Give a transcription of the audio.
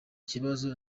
kibazo